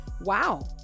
Wow